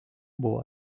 buvo